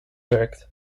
werkt